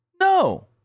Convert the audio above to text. No